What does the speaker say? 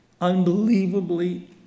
unbelievably